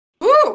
Woo